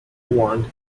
wand